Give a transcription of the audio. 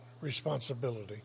responsibility